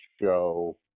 show